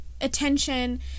attention